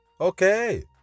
Okay